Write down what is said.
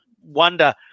wonder